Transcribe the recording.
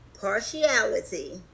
partiality